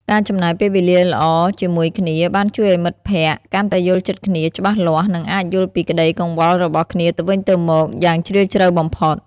ការចំណាយពេលវេលាល្អជាមួយគ្នាបានជួយឱ្យមិត្តភក្តិកាន់តែយល់ចិត្តគ្នាច្បាស់លាស់និងអាចយល់ពីក្តីកង្វល់របស់គ្នាទៅវិញទៅមកយ៉ាងជ្រាលជ្រៅបំផុត។